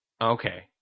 Okay